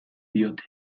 diote